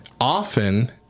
often